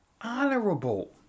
honorable